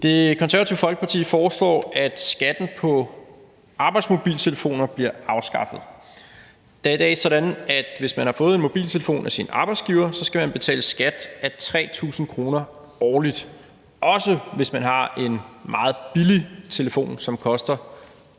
Det Konservative Folkeparti foreslår, at skatten på arbejdsmobiltelefoner bliver afskaffet. Det er i dag sådan, at hvis man har fået en mobiltelefon af sin arbejdsgiver, skal man betale skat af 3.000 kr. årligt, også hvis man har en meget billig telefon, som har